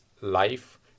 life